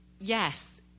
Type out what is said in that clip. yes